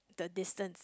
the distance